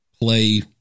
Play